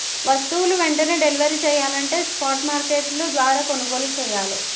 వస్తువులు వెంటనే డెలివరీ చెయ్యాలంటే స్పాట్ మార్కెట్ల ద్వారా కొనుగోలు చెయ్యాలే